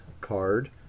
card